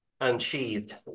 unsheathed